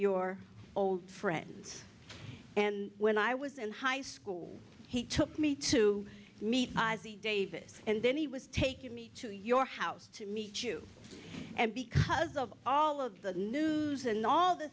your old friends and when i was in high school he took me to meet davis and then he was taking me to your house to meet you and because of all of the nudes and all the